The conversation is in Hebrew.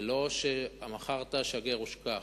זה לא: מכרת, שגר ושכח.